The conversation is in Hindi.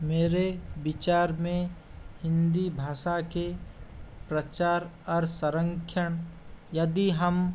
मेरे विचार में हिंदी भाषा के प्रचार और संरक्षण यदि हम